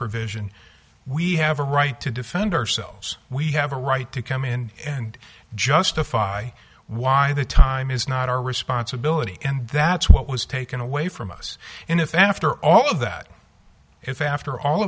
provision we have a right to defend ourselves we have a right to come in and justify why the time is not our responsibility and that's what was taken away from us and if after all of that if after all